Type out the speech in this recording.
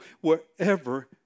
wherever